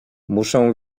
muszę